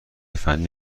فنی